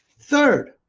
third,